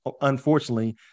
Unfortunately